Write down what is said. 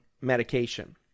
medication